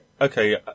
Okay